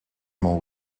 mill